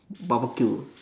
barbecue